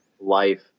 life